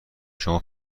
شما